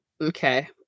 okay